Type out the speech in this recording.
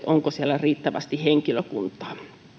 onko siellä riittävästi henkilökuntaa